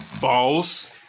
Boss